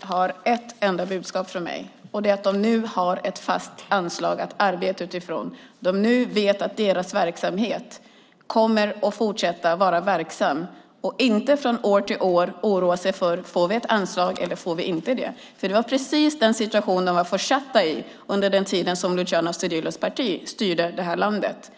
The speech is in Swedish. har ett enda budskap från mig, och det är att de nu har ett fast anslag att arbeta utifrån. Nu vet de att deras verksamhet kommer att fortsätta fungera och behöver inte år från år oroa sig för om de får anslag eller inte. Det var precis den situation de var försatta i under den tid Luciano Astudillos parti styrde det här landet.